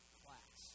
class